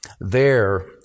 There